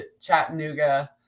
Chattanooga